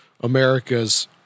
America's